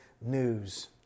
news